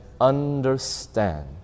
Understand